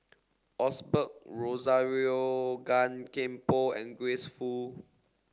Osbert Rozario Gan Thiam Poh and Grace Fu